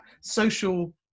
social